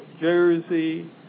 Jersey